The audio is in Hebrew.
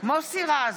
מוסי רז,